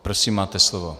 Prosím, máte slovo.